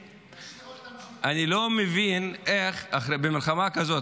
--- אני לא מבין איך במלחמה כזאת,